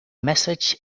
message